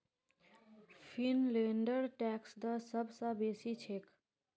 फिनलैंडेर टैक्स दर सब स बेसी छेक